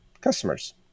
customers